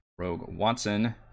RogueWatson